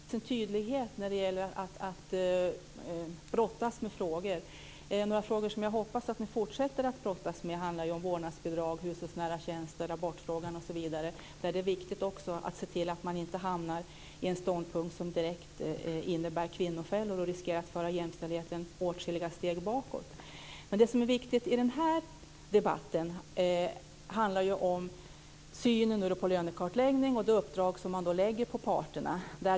Fru talman! Jag uppskattar Magnus Jacobssons tydlighet i fråga om att brottas med frågor. Det är några frågor jag hoppas att ni fortsätter att brottas med, nämligen vårdnadsbidrag, hushållsnära tjänster, abortfrågan osv. Det är viktigt att se till att man inte hamnar i en ståndpunkt som direkt innebär en kvinnofälla och riskerar att föra jämställdheten åtskilliga steg bakåt. Det viktiga i den här debatten är synen på lönekartläggning och det uppdrag som läggs på parterna.